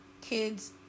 kids